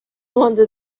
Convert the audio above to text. wonder